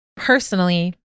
Personally